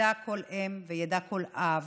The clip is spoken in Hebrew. תדע כל אם וידע כל אב: